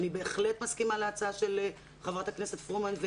אני בהחלט מסכימה להצעה של חברת הכנסת פרומן.